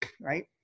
right